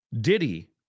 Diddy